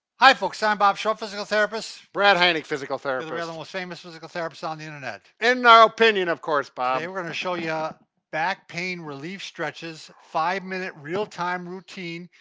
hi, folks! i'm bob schrupp, physical therapist. brad heinick, physical therapist. we're the most famous physical therapists on the internet. in our opinion, of course, bob. today, and we're gonna show ya back pain relief stretches. five minute, real-time routine.